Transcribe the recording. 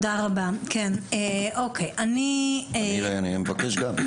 אני מבקש גם.